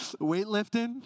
weightlifting